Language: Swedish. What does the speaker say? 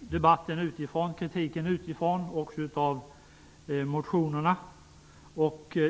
debatten och kritiken utifrån och av motionerna.